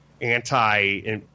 anti